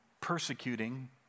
persecuting